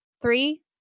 three